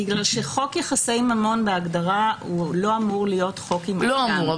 בגלל שחוק יחסי ממון בהגדרה לא אמור להיות חוק עם --- לא אמור,